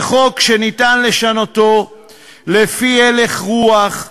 זה חוק שניתן לשנותו לפי הלך רוח,